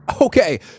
okay